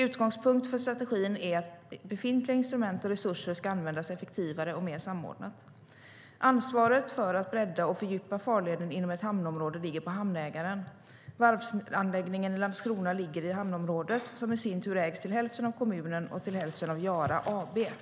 Utgångspunkt för strategin är att befintliga instrument och resurser ska användas effektivare och mer samordnat.